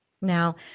Now